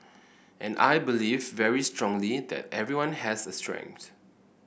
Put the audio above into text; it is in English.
and I believe very strongly that everyone has a strength